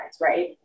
Right